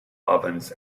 ovens